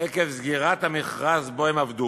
עקב סגירת המרכז שבו הם עבדו,